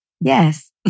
Yes